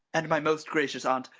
and my most gracious aunt,